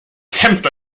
kämpft